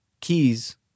keys